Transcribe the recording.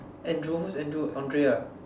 Andrew who's Andrew Andrea ah